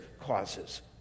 causes